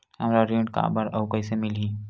हमला ऋण काबर अउ कइसे मिलही?